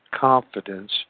confidence